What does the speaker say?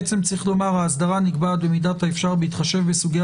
צריך לומר: האסדרה נקבעת במידת האפשר בהתחשב בסוגי